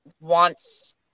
wants